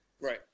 Right